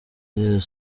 laurent